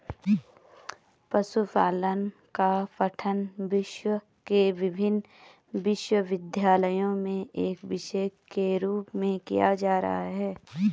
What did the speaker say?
पशुपालन का पठन विश्व के विभिन्न विश्वविद्यालयों में एक विषय के रूप में किया जा रहा है